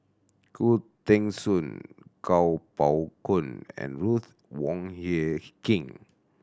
Khoo Teng Soon Kuo Pao Kun and Ruth Wong Hie King